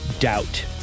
doubt